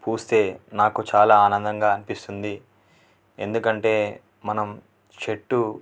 పూస్తే నాకు చాలా ఆనందంగా అనిపిస్తుంది ఎందుకంటే మనం చెట్టు